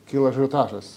kyla ažiotažas